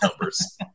numbers